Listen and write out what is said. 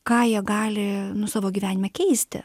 ką jie gali nu savo gyvenime keisti